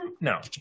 no